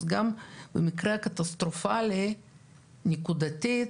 אז גם במקרה קטסטרופלי נקודתית,